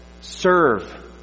serve